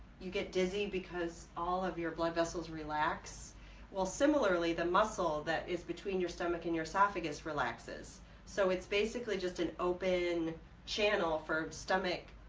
you get dizzy because all of your blood vessels relax well similarly the muscle that is between your stomach and your esophagus relaxes so it's basically just an open channel for stomach